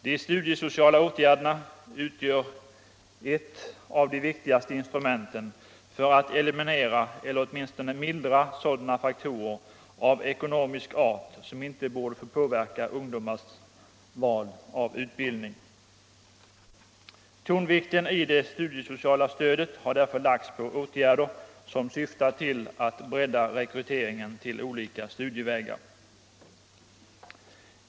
De studiesociala åtgärderna utgör ett av de viktigaste instrumenten för att eliminera eller åtminstone mildra sådana faktorer av ekonomisk art som inte borde få påverka ungdomars val av utbildning. Tonvikten vid det studiesociala stödet har därför lagts på åtgärder som syftar till att bredda rekryteringen till olika studievägar.